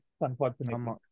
unfortunately